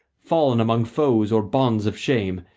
fallen among foes or bonds of shame,